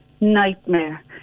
nightmare